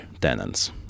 tenants